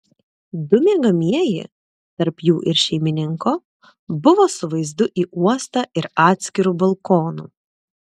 du miegamieji tarp jų ir šeimininko buvo su vaizdu į uostą ir atskiru balkonu